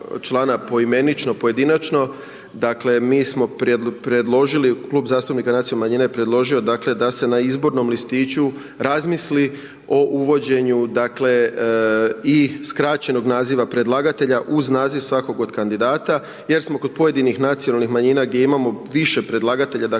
poimenično, pojedinačno, dakle, mi smo predložili, Klub zastupnika Nacionalnih manjina je predložio da se na izbornom listiću, razmisli o uvođenju dakle i skraćenog naziva predlagatelja, uz naziv svakog od kandidata, jer smo kod pojedinih nacionalnih manjina, gdje imamo više predlagatelja,